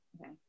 Okay